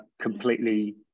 completely